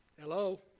hello